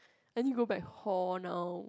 then you go back hall now